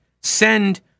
send